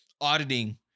Auditing